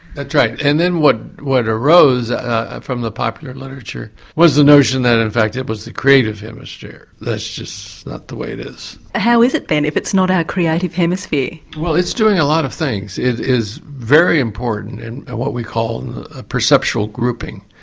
that's right and what what arose ah from the popular literature was the notion that in fact it was the creative hemisphere, that's just not the way it is. how is it then, if it's not our creative hemisphere? well it's doing a lot of things it is very important in and and what we call a perceptual grouping.